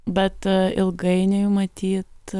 bet ilgainiui matyt